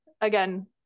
again